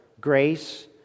grace